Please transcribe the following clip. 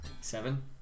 Seven